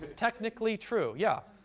technically, true. yeah.